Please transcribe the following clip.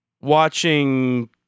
watching